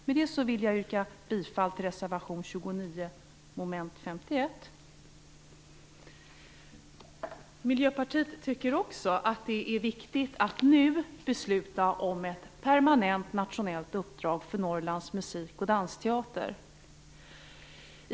Med det vill jag yrka bifall till reservation 29, mom. 51. Miljöpartiet tycker också att det är viktigt att nu besluta om ett permanent nationellt uppdrag för Norrlands Musik och dansteater.